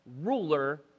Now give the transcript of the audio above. ruler